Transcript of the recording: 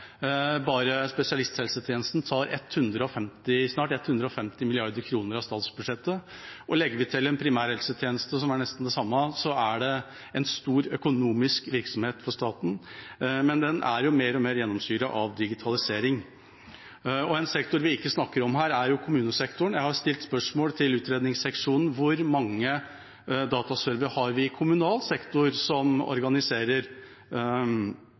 Bare spesialisthelsetjenesten tar snart 150 mrd. kr av statsbudsjettet, og legger vi til en primærhelsetjeneste som har nesten det samme, er det en stor økonomisk virksomhet for staten, men den er mer og mer gjennomsyret av digitalisering. En sektor vi ikke snakker om her, er kommunesektoren. Jeg har stilt spørsmål til utredningsseksjonen om hvor mange dataservere vi har i kommunal sektor som organiserer